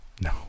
No